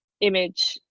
image